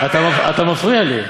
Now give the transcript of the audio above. אתה מפריע לי.